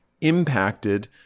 impacted